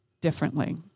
differently